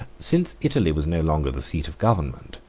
since italy was no longer the seat of government,